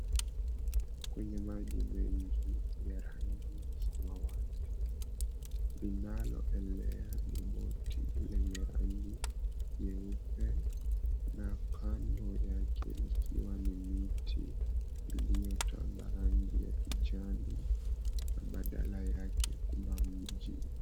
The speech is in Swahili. Kwenye maji mengi ya rangi samawati. Linaloelea ni boti lenye rangi nyeupe na kando yake ikiwa ni miti iliyotanda rangi ya kijani, na badala yake kuna mji.